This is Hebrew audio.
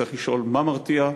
צריך לשאול מה מרתיע,